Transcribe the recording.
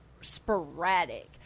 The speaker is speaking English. sporadic